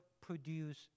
produce